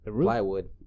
plywood